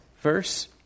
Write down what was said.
verse